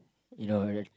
you know